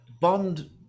bond